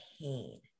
pain